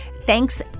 Thanks